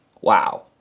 Wow